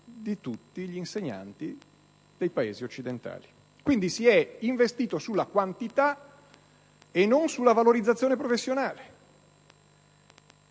di tutti quelli dei Paesi occidentali. Si è quindi investito sulla quantità e non sulla valorizzazione professionale.